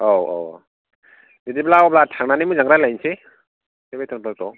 औ औ औ बिदिब्ला अब्ला थांनानै मोजां रालायहैसै बे बेथनफोरखौ